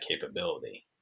capability